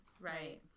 right